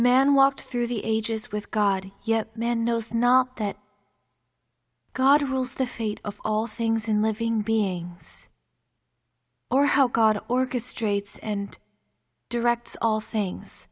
man walked through the ages with god yet man knows not that god rules the feet of all things in living beings or how god orchestrates and directs all things